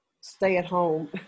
stay-at-home